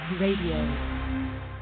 Radio